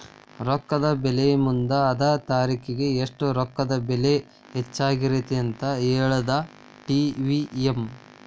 ರೊಕ್ಕದ ಬೆಲಿ ಮುಂದ ಅದ ತಾರಿಖಿಗಿ ಎಷ್ಟ ರೊಕ್ಕದ ಬೆಲಿ ಹೆಚ್ಚಾಗಿರತ್ತಂತ ಹೇಳುದಾ ಟಿ.ವಿ.ಎಂ